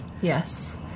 Yes